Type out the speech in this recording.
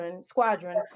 Squadron